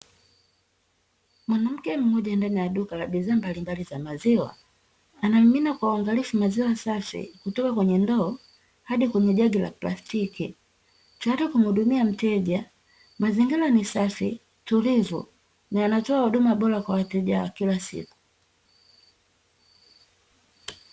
Mwanamke mmoja ndani ya duka la bidhaa mbalimbali za maziwa, anamimina kwa uangalifu maziwa safi, kutoka kwenye ndoo hadi kwenye jagi la plastiki, tayari kumuhudumia mteja. Mazingira ni safi, tulivu na yanatoa huduma bora kwa wateja wa kila siku.